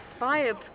Vibe